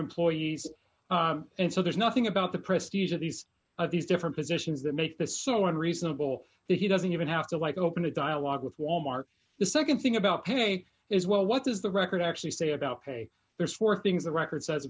employees and so there's nothing about the prestige of these of these different positions that make this so unreasonable that he doesn't even have to like open a dialogue with wal mart the nd thing about pay is well what is the record actually say about hey there's four things the record says